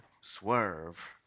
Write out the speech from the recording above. Swerve